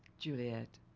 juliet.